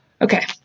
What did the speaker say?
Okay